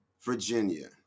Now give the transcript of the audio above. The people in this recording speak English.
Virginia